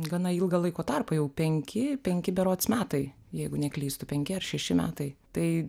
gana ilgą laiko tarpą jau penki penki berods metai jeigu neklystu penki ar šeši metai tai